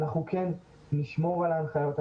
אנחנו כן נשמור על ההנחיות,